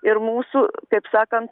ir mūsų taip sakant